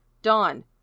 Dawn